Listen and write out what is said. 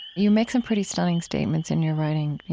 you make some pretty stunning statements in your writing,